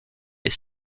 les